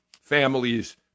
families